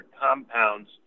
compounds